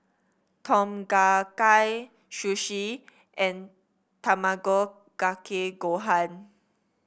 Tom Kha Gai Sushi and Tamago Kake Gohan